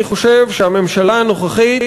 אני חושב שהממשלה הנוכחית,